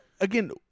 Again